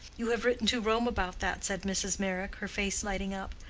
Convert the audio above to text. you have written to rome about that? said mrs. meyrick, her face lighting up.